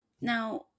Now